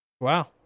Wow